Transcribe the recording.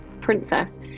princess